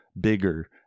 bigger